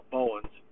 Bowens